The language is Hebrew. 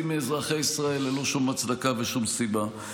מאזרחי ישראל ללא שום הצדקה ושום סיבה.